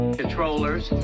controllers